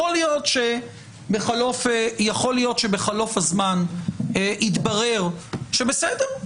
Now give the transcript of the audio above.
יכול להיות שחלוף הזמן יתברר שבסדר,